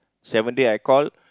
seven day I call